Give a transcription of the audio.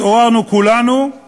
התעוררנו כולנו עם